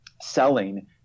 selling